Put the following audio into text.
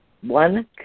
One